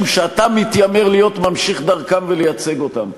שאתה מתיימר להיות ממשיך דרכם ולייצג אותם פה.